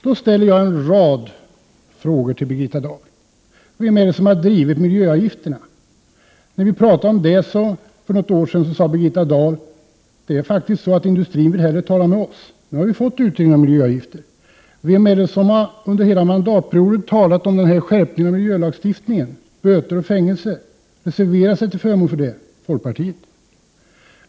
Då ställer jag en rad frågor till Birgitta Dahl: Vem är det som har drivit miljöavgifterna? När vi talade om det för något år sedan sade Birgitta Dahl: Det är faktiskt så att industrin hellre vill tala med oss. Nu har vi fått utredningen om miljöavgifter. Vem är det som under hela mandatperioden har talat om en skärpning av miljölagstiftningen, böter och fängelse, reserverat sig till förmån för det? — folkpartiet.